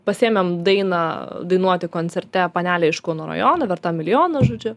pasiėmėm dainą dainuoti koncerte panelė iš kauno rajono verta milijono žodžiu